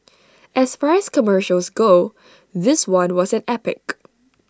as far as commercials go this one was an epic